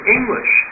English